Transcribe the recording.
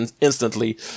instantly